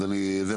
אז אני חושב,